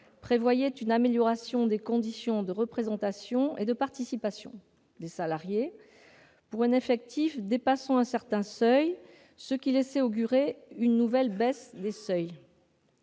prévoyait une « amélioration des conditions de représentation et de participation » des salariés pour « un effectif dépassant un certain seuil », ce qui laissait augurer une nouvelle baisse des seuils.